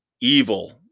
evil